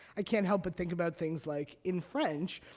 i can't help but think about things like in french,